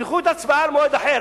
תלכו על הצבעה במועד אחר.